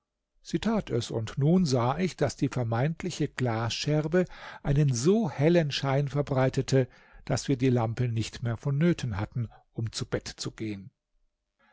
tat es und nun sah ich daß die vermeintliche glasscherbe einen so hellen schein verbreitete daß wir die lampe nicht mehr vonnöten hatten um zu bett zu gehen